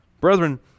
Brethren